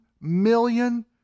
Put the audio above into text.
million